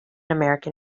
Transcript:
american